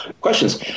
questions